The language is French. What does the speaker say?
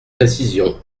précisions